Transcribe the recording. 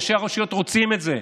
ראשי הרשויות רוצים את זה.